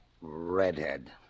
redhead